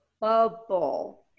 bubble